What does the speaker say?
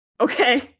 Okay